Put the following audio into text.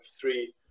three